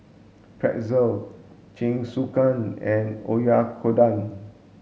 Pretzel Jingisukan and Oyakodon